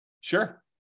sure